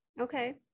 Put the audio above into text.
Okay